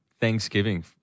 Thanksgiving